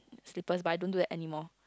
slippers but I don't do that anymore